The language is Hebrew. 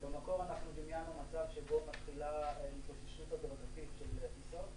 במקור דמיינו מצב שבו מתחילה התאוששות הדרגתית של טיסות,